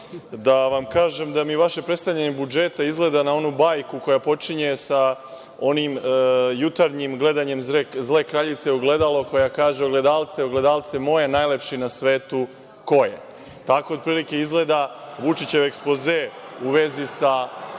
da vam kažem da mi vaše predstavljanje budžeta liči na onu bajku koja počinje sa onim jutarnjim gledanjem zle kraljice u ogledalo, a koja kaže – ogledalce, ogledalce moje, najlepši na svetu ko je? Tako otprilike izgleda Vučićev ekspoze u vezi sa